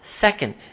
Second